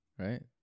right